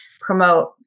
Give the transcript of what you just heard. promote